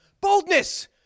Boldness